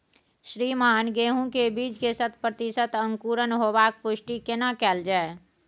श्रीमान गेहूं के बीज के शत प्रतिसत अंकुरण होबाक पुष्टि केना कैल जाय?